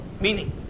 meaning